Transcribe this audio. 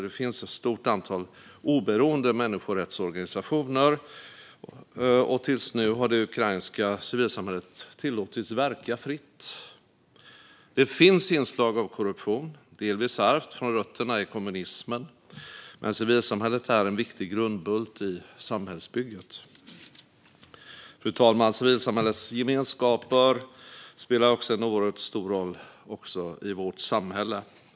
Det finns ett stort antal oberoende människorättsorganisationer, och tills nu har det ukrainska civilsamhället tillåtits verka fritt. Det finns inslag av korruption, delvis ärvt från rötterna i kommunismen, men civilsamhället är en viktig grundbult i samhällsbygget. Fru talman! Civilsamhällets gemenskaper spelar en enormt stor roll också i vårt samhälle.